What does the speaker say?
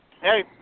hey